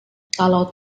kalau